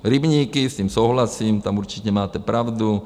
Rybníky, s tím souhlasím, tam určitě máte pravdu.